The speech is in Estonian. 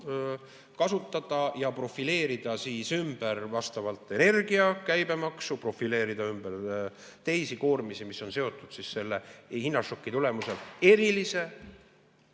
kasutada ja profileerida ümber vastavalt energia käibemaksu, profileerida ümber teisi koormisi, mis on seotud selle hinnašoki tulemusel erilise